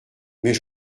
mais